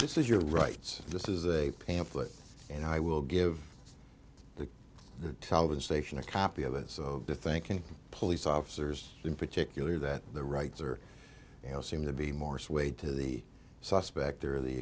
this is your rights this is a pamphlet and i will give the television station a copy of it so the thinking police officers in particular that the rights are you know seem to be more swayed to the suspect